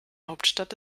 hauptstadt